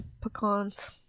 pecans